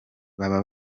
baba